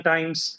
Times